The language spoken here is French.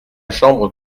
chambre